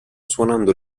suonando